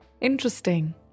interesting